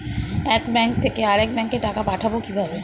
এক ব্যাংক থেকে আরেক ব্যাংকে টাকা পাঠাবো কিভাবে?